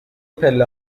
پله